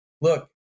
look